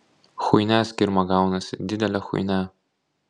chuinia skirma gaunasi didelė chuinia